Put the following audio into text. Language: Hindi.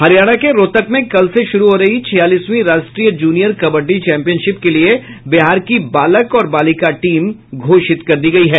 हरियाणा के रोहतक में कल से शुरू हो रही छियालीसवीं राष्ट्रीय जूनियर कबड्डी चैंपियनशिप के लिए बिहार की बालक और बालिका टीम घोषित कर दी गयी है